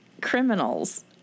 criminals